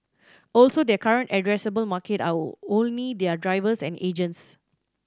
also their current addressable market are only their drivers and agents